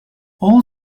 all